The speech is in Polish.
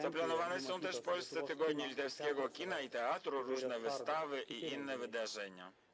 Zaplanowane są też w Polsce tygodnie litewskiego kina i teatru, różne wystawy i inne wydarzenia.